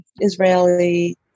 Israeli